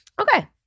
Okay